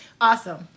Awesome